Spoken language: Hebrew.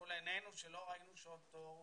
מול עינינו שלא ראינו אותו.